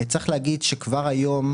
צריך להגיד שכבר היום,